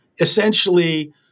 essentially